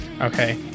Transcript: Okay